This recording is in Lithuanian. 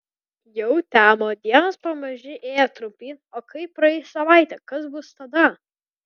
jau temo dienos pamaži ėjo trumpyn o kai praeis savaitė kas bus tada